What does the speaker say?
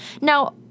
Now